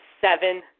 seven